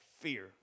fear